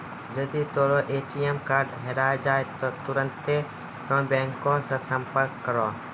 जदि तोरो ATM card हेराय जाय त तुरन्ते अपनो बैंको से संपर्क करो